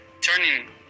turning